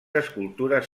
escultures